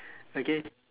okay